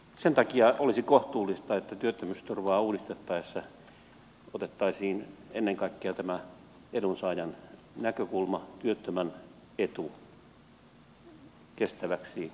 sen takia olisi kohtuullista että työttömyysturvaa uudistettaessa otettaisiin ennen kaikkea tämä edunsaajan näkökulma työttömän etu kestäväksi lähtökohdaksi